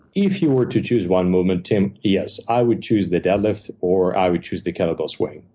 if you were to choose one movement, tim, yes, i would choose the deadlift, or i would choose the kettle bell swing.